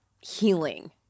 healing